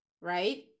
right